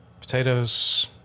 Potatoes